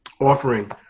offering